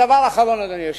דבר אחרון, אדוני היושב-ראש.